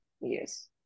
yes